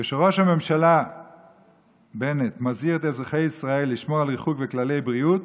כשראש הממשלה בנט מזהיר את אזרחי ישראל לשמור על ריחוק וכללי בריאות,